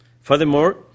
Furthermore